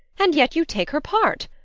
and yet you take her part!